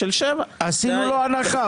עשינו לו הנחה.